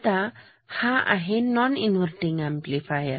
आता हा आहे नॉन इन्वर्तींग अंपलिफायर